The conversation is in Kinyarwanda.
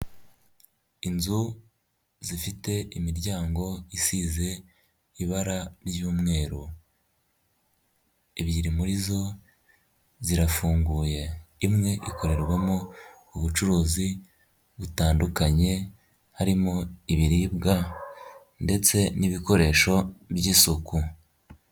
Inzu zifite imiryango isize ibara ry'umweru. Ebyiri muri zo zirafunguye, imwe ikorerwamo ubucuruzi butandukanye. Harimo ibiribwa ndetse n'ibikoresho by'isuku.